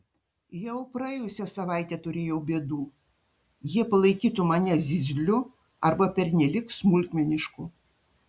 jau praėjusią savaitę turėjau bėdų jie palaikytų mane zyzliu arba pernelyg smulkmenišku